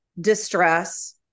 distress